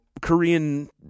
Korean